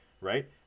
right